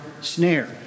snare